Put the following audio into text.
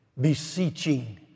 beseeching